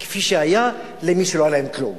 כפי שהיה למי שלא היה לו כלום.